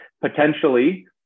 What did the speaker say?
potentially